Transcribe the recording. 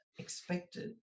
expected